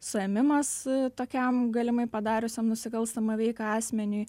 suėmimas tokiam galimai padariusiam nusikalstamą veiką asmeniui